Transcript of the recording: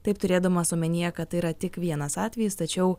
taip turėdamas omenyje kad tai yra tik vienas atvejis tačiau